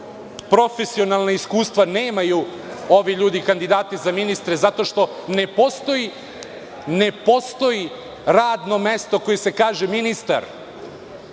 profesionalna iskustva nemaju ovi ljudi, kandidati za ministre zato što ne postoji radno mesto koje se kaže – ministar.